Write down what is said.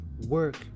work